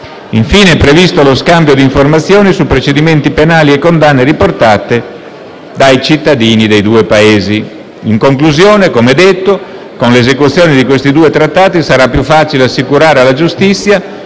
Infine, è previsto lo scambio di informazioni su procedimenti penali e condanne riportate dai cittadini dei due Paesi. In conclusione, come detto, con l'esecuzione di questi due Trattati, sarà più facile assicurare alla giustizia